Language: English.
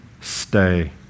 stay